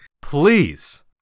please